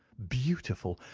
beautiful!